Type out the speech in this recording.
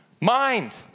mind